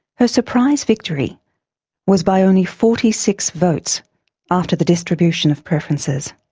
her surprise victory was by only forty six votes after the distribution of preferences.